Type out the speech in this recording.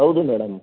ಹೌದು ಮೇಡಮ್